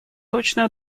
точное